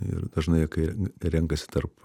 ir dažnai kai renkasi tarp